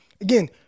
again